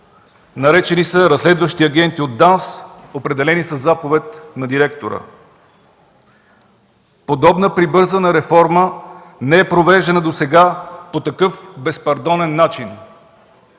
Наречени са „разследващи агенти от ДАНС, определени със заповед на директора”. Подобна прибързана реформа не е провеждана досега по такъв безпардонен начин,